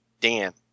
Dan